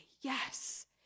yes